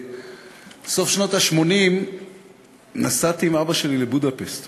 בסוף שנות ה-80 נסעתי עם אבא שלי לבודפשט